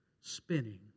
spinning